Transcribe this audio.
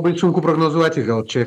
labai sunku prognozuoti gal čia